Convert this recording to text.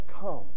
come